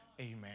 amen